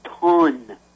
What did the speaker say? ton